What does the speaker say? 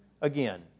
again